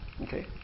Okay